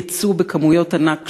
יצוא בכמויות ענק,